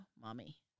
mommy